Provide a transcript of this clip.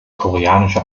koreanische